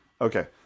okay